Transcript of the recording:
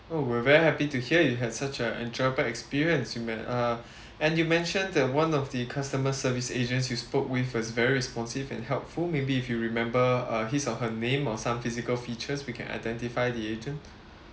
oh we're very happy to hear you had such a enjoyable experience you met uh and you mentioned the one of the customer service agents you spoke with is very responsive and helpful maybe if you remember uh his or her name or some physical features we can identify the agent